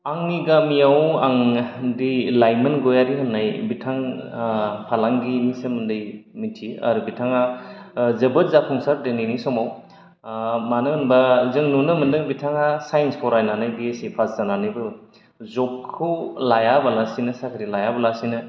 आंनि गामियाव आं दि लाइमोन गयारि होननाय बिथां आ फालांगिनि सोमोन्दै मिन्थियो आर बिथांआ ओ जोबोद जाफुंसार दिनैनि समाव ओ मानो होनबा जों नुनो मोनदों बिथांआ साइन्स फरायनानै बि एस सि पास जानानैबो जब खौ लायाबालासिनो साख्रि लायाबालासिनो